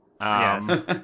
Yes